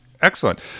Excellent